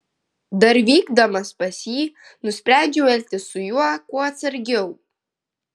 dar vykdamas pas jį nusprendžiau elgtis su juo kuo atsargiau